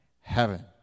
heaven